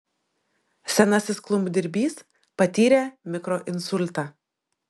senasis klumpdirbys patyrė mikroinsultą